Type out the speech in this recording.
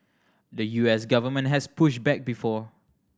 the U S government has pushed back before